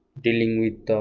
dealing with